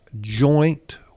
joint